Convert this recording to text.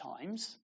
times